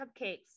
cupcakes